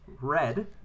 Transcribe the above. red